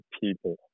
people